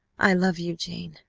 i love you, jane.